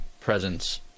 presence